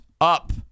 up